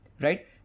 right